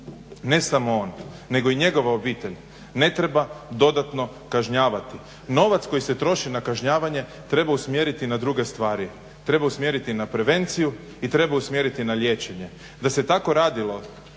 ne samo on, nego i njegova obitelj ne treba dodatno kažnjavati. Novac koji se troši na kažnjavanje treba usmjeriti na druge stvari, treba usmjeriti na prevenciju i treba usmjeriti na liječenje. Da se tako radilo